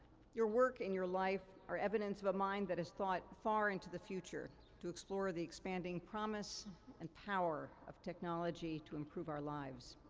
your work and your life are evidence of a mind that has thought far into the future to explore the expanding promise and power of technology to improve our lives.